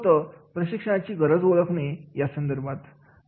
तर हे होतं प्रशिक्षणाची गरज ओळखणे संदर्भात